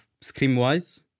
scream-wise